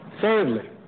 Thirdly